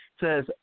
says